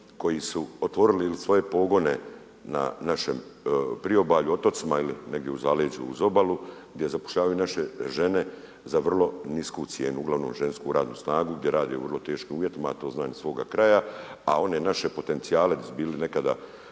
koji su otvorili ili svoje pogone na našem priobalju, otocima ili negdje u zaleđu uz obalu gdje zapošljavaju naše žene za vrlo nisku cijenu, uglavnom žensku radnu snagu gdje rade u vrlo teškim uvjetima a to znam iz svog kraja, a one naše potencijale di su bili nekada